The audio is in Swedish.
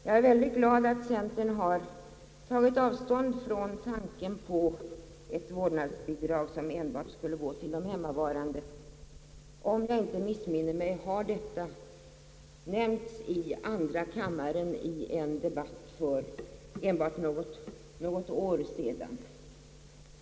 Jag är vidare glad över att centern har tagit avstånd från tanken på ett vårdnadsbidrag som enbart skulle utgå till hemmavarande kvinnor — om jag inte missminner mig har det sagts så i en debatt i andra kammaren för något år sedan.